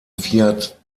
fiat